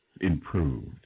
improved